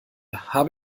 habe